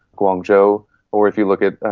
guangzhou, or if you look at,